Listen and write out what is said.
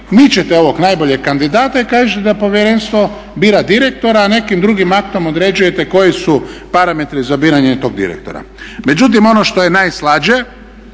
mičete ovog najboljeg kandidata i kažete da povjerenstvo bira direktora a nekim drugim aktom određujete koji su parametri za biranje tog direktora. Međutim ono što je najslađe